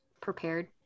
prepared